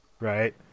Right